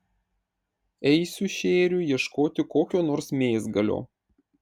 eisiu šėriui ieškoti kokio nors mėsgalio